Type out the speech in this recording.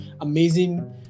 amazing